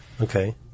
Okay